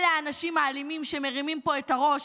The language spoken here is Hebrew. אלה האנשים האלימים שמרימים פה את הראש,